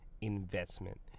investment